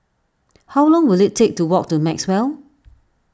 how long will it take to walk to Maxwell